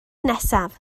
nesaf